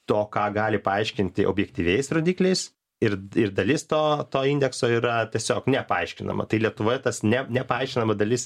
to ką gali paaiškinti objektyviais rodikliais ir ir dalis to to indekso yra tiesiog nepaaiškinama tai lietuvoje tas ne nepaaiškinama dalis